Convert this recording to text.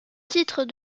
titre